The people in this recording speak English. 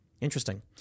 Interesting